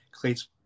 creates